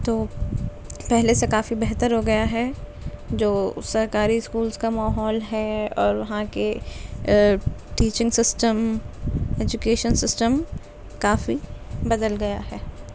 تو پہلے سے کافی بہتر ہو گیا ہے جو سرکاری اسکولس کا ماحول ہے اور وہاں کے ٹیچنگ سسٹم ایجوکیشن سسٹم کافی بدل گیا ہے